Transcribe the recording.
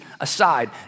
aside